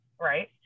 Right